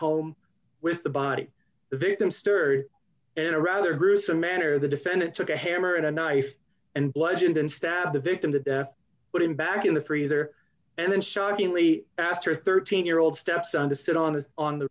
home with the body the victim stirred in a rather gruesome manner the defendant took a hammer and a knife and bludgeoned and stabbed the victim to put him back in the freezer and then shockingly asked her thirteen year old stepson to sit on his on